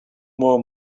more